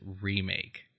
remake